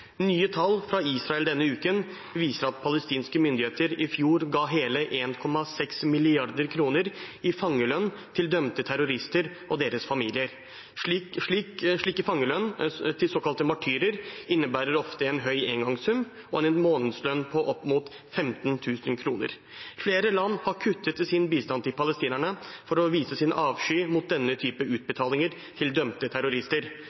Nye tall fra Israel denne uken viser at palestinske myndigheter i fjor ga hele 1,6 mrd. kr i fangelønn til dømte terrorister og deres familier. Slik fangelønn til såkalte martyrer innebærer ofte en stor engangssum og en månedslønn på opp mot 15 000 kr. Flere land har kuttet i sin bistand til palestinerne for å vise sin avsky mot denne typen utbetalinger til dømte terrorister.